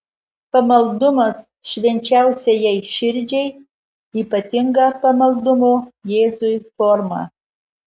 pamaldumas švenčiausiajai širdžiai ypatinga pamaldumo jėzui forma